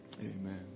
amen